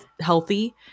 healthy